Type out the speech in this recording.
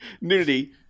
nudity